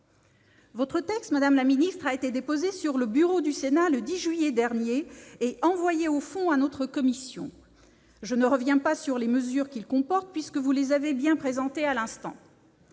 Votre texte a été déposé sur le bureau du Sénat le 10 juillet dernier et envoyé à notre commission au fond. Je ne reviens pas sur les mesures qu'il comporte, puisque vous les avez bien présentées à l'instant.